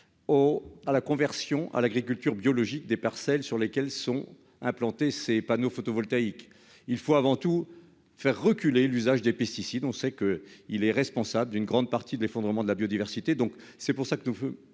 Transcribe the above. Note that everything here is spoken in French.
à la conversion à l'agriculture biologique des parcelles sur lesquelles sont implantés ces panneaux photovoltaïques. Il faut avant tout faire reculer l'usage des pesticides, qui- nous le savons -sont responsables d'une grande partie de l'effondrement de la biodiversité. Nous devons reconquérir